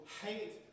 hate